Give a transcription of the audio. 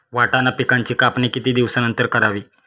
वाटाणा पिकांची कापणी किती दिवसानंतर करावी?